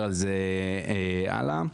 בהמשך.